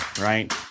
right